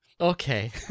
Okay